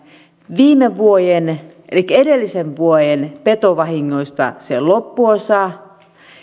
viime vuoden elikkä edellisen vuoden petovahingoista se loppuosa